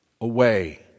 away